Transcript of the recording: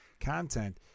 content